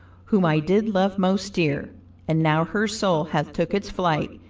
whom i did love most dear and now her soul hath took its flight,